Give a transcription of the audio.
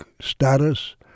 status